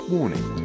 warning